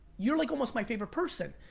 you're like almost my favorite person.